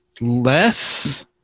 less